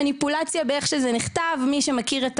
מניפולציה עם איך שזה נכתב מי שמכיר את